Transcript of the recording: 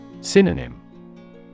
Synonym